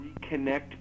reconnect